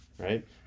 right